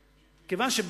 ואני אומר לך,